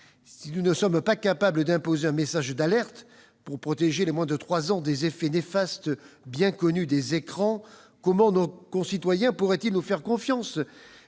Si nous ne sommes pas capables d'imposer un message d'alerte pour protéger les moins de trois ans des effets néfastes, bien connus, des écrans, comment nos concitoyens pourraient-ils nous faire confiance